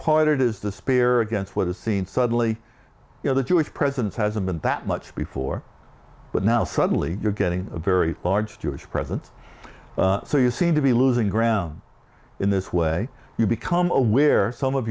it is the spear against what is seen suddenly you know the jewish presence hasn't been that much before but now suddenly you're getting a very large jewish presence so you seem to be losing ground in this way you become aware some of